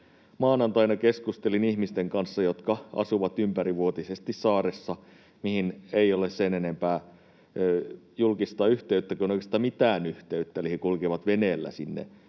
maanantaina keskustelin ihmisten kanssa, jotka asuvat ympärivuotisesti saaressa, mihin ei ole sen enempää julkista yhteyttä kuin oikeastaan mitään yhteyttä, eli he kulkevat veneellä sinne